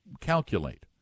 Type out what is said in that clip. calculate